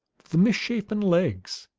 the misshapen legs,